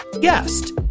guest